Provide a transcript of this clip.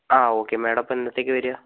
ആ okay madam അപ്പോൾ എന്നത്തേക്കാണ് വരുക